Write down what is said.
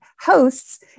hosts